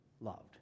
loved